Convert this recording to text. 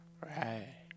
Right